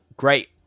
Great